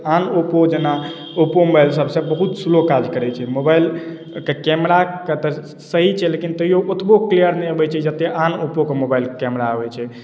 आन ओप्पो जेना Oppo mobile सब सँ बहुत स्लो काज करै छै मोबाइलके कैमराके तऽ सही छै लेकिन तैयो ओतबो क्लियर नहि अबै छै जते आन ओप्पो के मोबाइलके कैमरा अबै छै